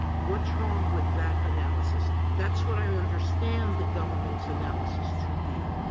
what's wrong with that analysis? that's what i understand the government's analysis to be.